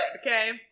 okay